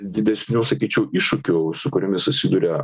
didesnių sakyčiau iššūkių su kuriomis susiduria